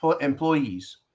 employees